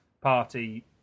party